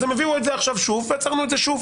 אז הם הביאו את זה עכשיו שוב ועצרנו את זה שוב.